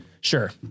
Sure